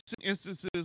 instances